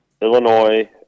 illinois